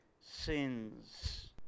sins